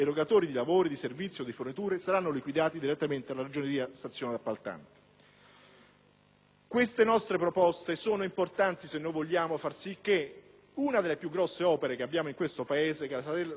Queste nostre proposte sono importanti se vogliamo far sì che una delle più grandi opere di questo Paese, l'autostrada A3 Salerno-Reggio Calabria, possa vedere la luce. In questo momento siamo in gravissima difficoltà.